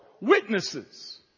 witnesses